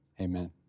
amen